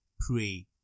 pray